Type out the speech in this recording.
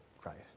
Christ